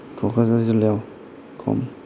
क'क्राझार जिल्लायाव खम